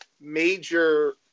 major